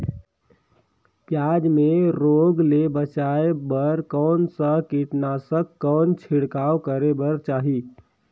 पियाज मे रोग ले बचाय बार कौन सा कीटनाशक कौन छिड़काव करे बर चाही?